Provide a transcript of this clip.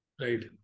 Right